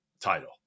title